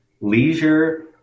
leisure